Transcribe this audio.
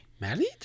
Married